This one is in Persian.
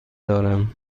دارم